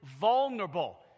vulnerable